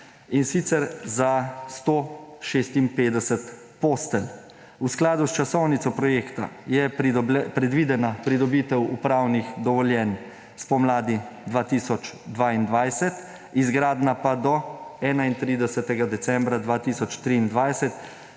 in sicer za 156 postelj. V skladu s časovnico projekta je predvidena pridobitev upravnih dovoljenj spomladi 2022, izgradnja pa do 31. decembra 2023,